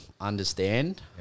understand